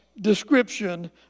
description